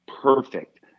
Perfect